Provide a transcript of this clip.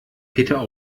peter